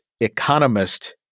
economist